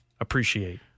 Appreciate